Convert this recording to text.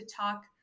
talk